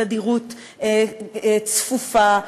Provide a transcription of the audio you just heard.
בתדירות צפופה,